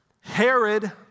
Herod